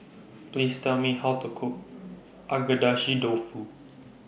Please Tell Me How to Cook Agedashi Dofu